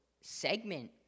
segment